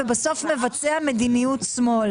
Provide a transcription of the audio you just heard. ונעשה את ההתאמות גם בהמשך,